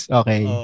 okay